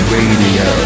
Radio